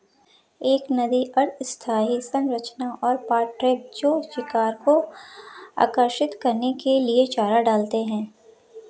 एक नदी अर्ध स्थायी संरचना और पॉट ट्रैप जो शिकार को आकर्षित करने के लिए चारा डालते हैं